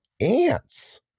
ants